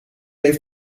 heeft